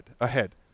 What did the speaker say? ahead